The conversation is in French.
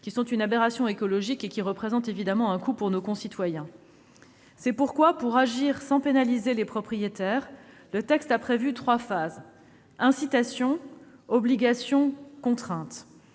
sont une aberration écologique et représentent évidemment un coût pour nos concitoyens. C'est pourquoi, pour agir sans pénaliser les propriétaires, le texte a prévu trois phases : incitation, obligation, contrainte.